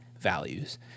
values